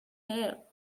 her